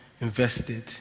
invested